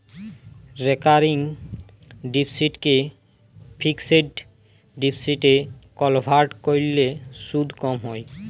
recurring ডিপসিটকে fixed ডিপসিটে convert ক্যরলে সুদ ক্যম হ্যয়